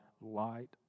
light